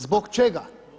Zbog čega?